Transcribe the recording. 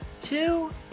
two